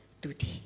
today